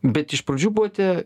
bet iš pradžių buvote